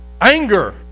Anger